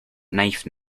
knife